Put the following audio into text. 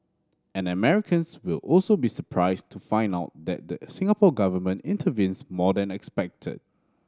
and Americans will also be surprised to find out that the Singapore Government intervenes more than expected